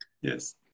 Yes